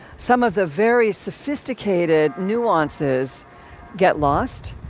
some of the very sophisticated nuances get lost.